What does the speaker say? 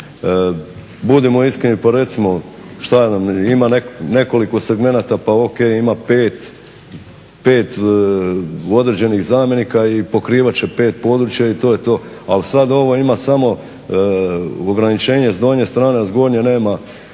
budimo iskreni pa recimo, šta ja znam ima nekoliko segmenata pa ok, ima 5, 5 određenih zamjenika i pokrivat će 5 područja i to je to. Al sad ovo ima samo ograničenje s donje strane, a s gornje nema,